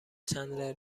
چندلر